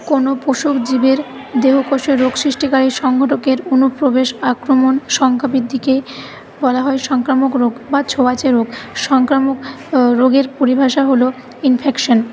কোন পশুর জীবের দেহ কোশের রোগ সৃষ্টিকারী সংগঠকের অনুপ্রবেশ আক্রমণ সংখ্যা বৃদ্ধিকে বলা হয় সংক্রামক রোগ বা ছোঁয়াচে রোগ সংক্রামক রোগের পরিভাষা হল ইনফেকশন